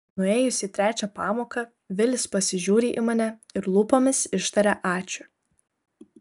nuėjus į trečią pamoką vilis pasižiūri į mane ir lūpomis ištaria ačiū